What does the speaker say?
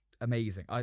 amazing